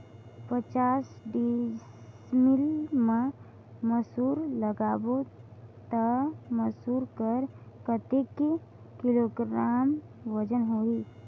पचास डिसमिल मा मसुर लगाबो ता मसुर कर कतेक किलोग्राम वजन होही?